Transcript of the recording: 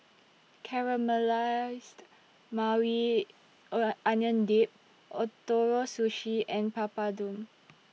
Caramelized Maui Onion Dip Ootoro Sushi and Papadum